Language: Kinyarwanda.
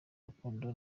rukundo